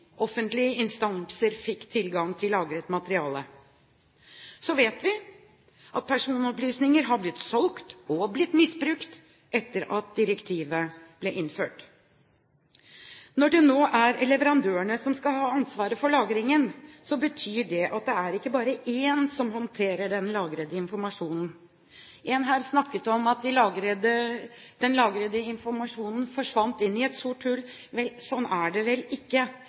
offentlige instanser fikk tilgang til lagret materiale. Så vet vi at personopplysninger er blitt solgt og misbrukt etter at direktivet ble innført. Når det nå er leverandørene som skal ha ansvaret for lagringen, betyr det at det ikke bare er én som håndterer den lagrede informasjonen. En her snakket om at den lagrede informasjonen forsvant inn i et sort hull. Sånn er det ikke,